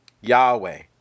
Yahweh